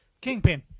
Kingpin